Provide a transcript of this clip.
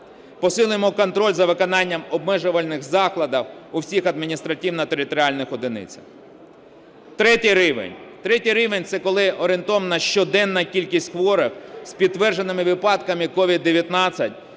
Посилимо контроль за виконанням обмежувальних заходів у всіх адміністративно-територіальних одиницях. Третій рівень. Третій рівень – це коли орієнтовна щоденна кількість хворих з підтвердженими випадками COVID-19